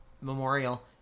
Memorial